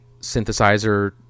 synthesizer